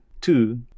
two